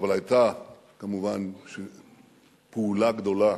אבל היתה כמובן פעולה גדולה